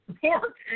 Pork